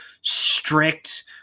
strict